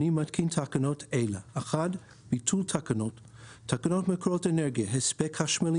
אני מתקין תקנות אלה: ביטול תקנות 1. תקנות מקורות אנרגיה (הספק חשמלי